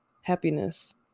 happiness